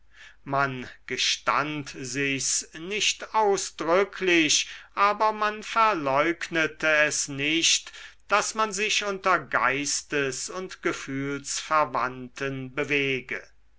man gestand sich's nicht ausdrücklich aber man verleugnete es nicht daß man sich unter geistes und gefühlsverwandten bewege